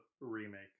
remake